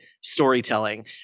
storytelling